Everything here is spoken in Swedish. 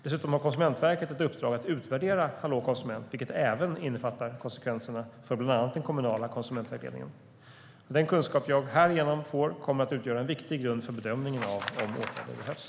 Dessutom har Konsumentverket ett uppdrag att utvärdera Hallå konsument, vilket även innefattar konsekvenserna för bland annat den kommunala konsumentvägledningen. Den kunskap som jag härigenom får kommer att utgöra en viktig grund för bedömningen av om åtgärder behövs.